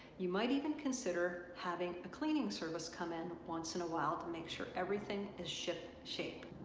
you might even consider having a cleaning service come in once in a while to make sure everything is shipshape.